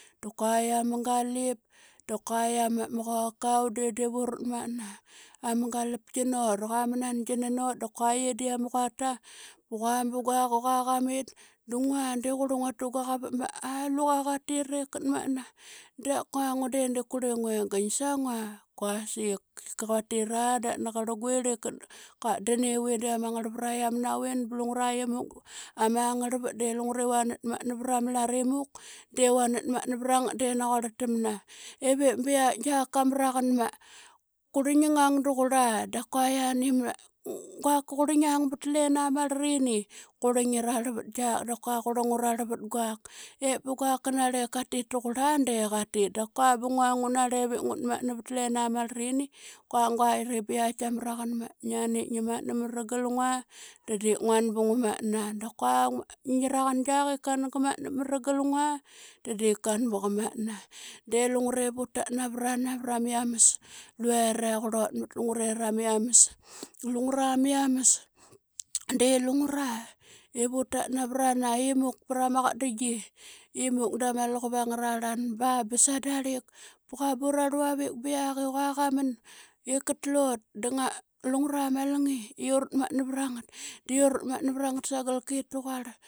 Da qua ama galip, dquai ama qokan de divurt mat yiama galpqi not. Qua mnangina not dqua yie de qua quata. Bqua bngak iqua qamit bngua qrlangua tungua qavap ma qua ngua de dii qrlingne nging sangua quasik. Katira da nani qarlngurl i qatdan i vin diama ngrl vraiam navin blungra imuk ama ngrlvat de lungre vanat matna vrang lat imuk de vanat matna vrang at de naquarl tama. I ve bia ngiak ka mraqa ma qrlingnang duprla da qua yiani ma guaka qrla ngingang bt lena ma rlrini qria ngi rarl vat ngiak da qua qrla ngu rarl vat gnak. Eve quak quarle katit tuqurla de qatit da qua bngua narle ngut matna vat lena marlini qua nguairi biaitk tkamraqu ma ngian ingi matna mra ngl ngua de dii ngua bngua matna. Daqua ngi raqu ngiak i qua qan kmatna mra qal ngua de dii qan bqa matna de lungre vutat navana vra miams luere qrlot mt lungrera miams. Lungra miams de lungra i vutat narana imuk prama qatdingi da ma luqup angrarlan ba sada lik bqua bora rluavik biak i qua qamn iqtlot dlungra malngi iurat matna vrangat diu ratmatna vrangt sangl qe taquar.